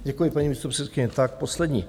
Děkuji, paní místopředsedkyně, tak poslední.